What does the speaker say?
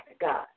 God